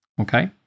okay